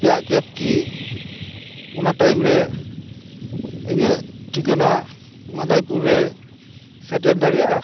ᱟᱯᱮᱭᱟᱜ ᱠᱮᱯ ᱠᱤ ᱚᱱᱟ ᱴᱟᱭᱤᱢ ᱨᱮ ᱤᱧᱟᱹᱜ ᱴᱷᱤᱠᱟᱹᱱᱟ ᱢᱟᱫᱷᱟᱭᱯᱩᱨ ᱨᱮ ᱥᱮᱴᱮᱨ ᱫᱟᱲᱮᱭᱟᱜᱼᱟ